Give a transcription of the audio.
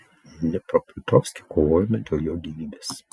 dniepropetrovske kovojama dėl jo gyvybės